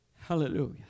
Hallelujah